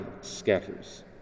scatters